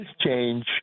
change